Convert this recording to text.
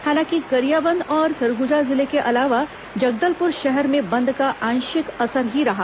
हालांकि गरियाबंद और सरगुजा जिले के अलावा जगदलपुर शहर में बंद का आंशिक असर ही रहा